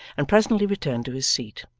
and presently returned to his seat.